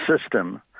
system